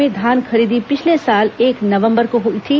प्रदेश में धान खरीदी पिछले साल एक नवंबर को शुरू हई थी